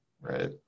right